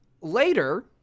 later